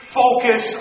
focus